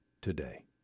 today